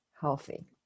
healthy